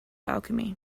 alchemy